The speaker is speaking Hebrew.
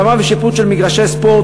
הקמה ושיפוץ של מגרשי ספורט,